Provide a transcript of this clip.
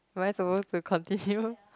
am I suppose to continue